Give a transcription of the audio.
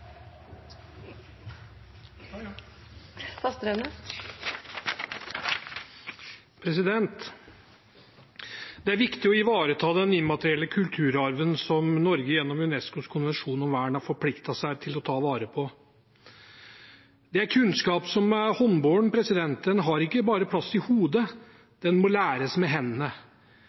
minutter. Det er viktig å ivareta den immaterielle kulturarven som Norge gjennom UNESCOs konvensjon om vern har forpliktet seg til å ta vare på. Det er kunnskap som er håndbåren. Den har ikke bare plass i hodet, den må læres med hendene.